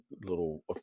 little